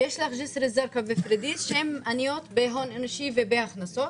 ויש את ג'יסאר א-זרקא ופורדייס שעניות בהון אנושי ובהכנסות.